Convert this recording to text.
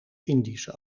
indische